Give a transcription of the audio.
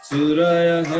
Suraya